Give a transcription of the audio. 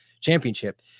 championship